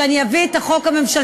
שאני אביא את הצעת החוק הממשלתית.